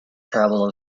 travel